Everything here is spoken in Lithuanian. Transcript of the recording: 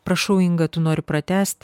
prašau inga tu nori pratęsti